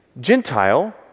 Gentile